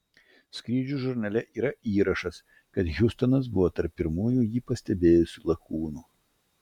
skrydžių žurnale yra įrašas kad hiustonas buvo tarp pirmųjų jį pastebėjusių lakūnų